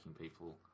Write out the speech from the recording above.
people